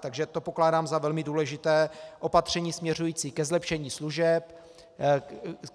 Takže to pokládám za velmi důležité opatření směřující ke zlepšení služeb,